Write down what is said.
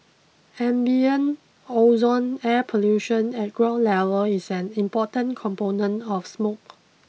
ambient ozone air pollution at ground level is an important component of smoke